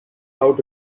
out